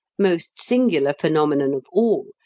most singular phenomenon of all,